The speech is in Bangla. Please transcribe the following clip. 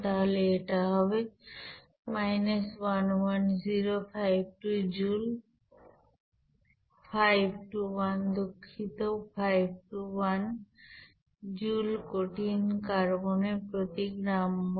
তাহলে এটা হবে 11052 জুল 521 দুঃখিত 521 জুল কঠিন কার্বনের প্রতি গ্রাম মোল